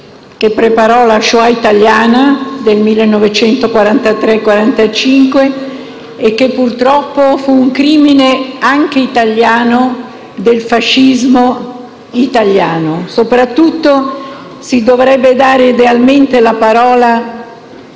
che preparò la *shoah* italiana del 1943-1945, che purtroppo fu un crimine anche italiano, del fascismo italiano. Soprattutto, si dovrebbe dare idealmente la parola